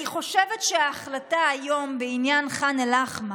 אני חושבת שההחלטה היום בעניין ח'אן אל-אחמר,